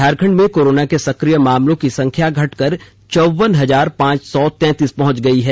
झारखंड में कोरोना के सक्रिय मामलों की संख्या घटकर चौवन हजार पांच सौ तैंतीस पहुंच गई है